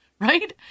right